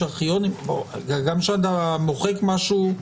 גם כשאתה מוחק משהו,